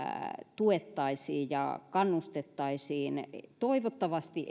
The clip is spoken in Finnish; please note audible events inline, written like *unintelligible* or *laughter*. tuettaisiin ja kannustettaisiin toivottavasti *unintelligible*